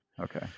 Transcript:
Okay